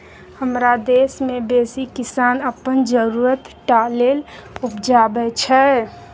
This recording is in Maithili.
हमरा देश मे बेसी किसान अपन जरुरत टा लेल उपजाबै छै